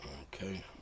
Okay